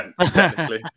technically